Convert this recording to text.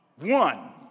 one